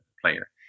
player